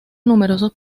numerosos